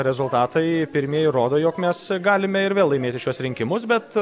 rezultatai pirmi rodo jog mes galime ir vėl laimėti šiuos rinkimus bet